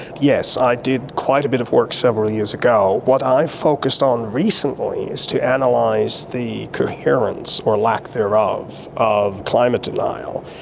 yes, i did quite a bit of work several years ago. what i focused on recently is to and analyse the coherence or lack thereof of climate denial,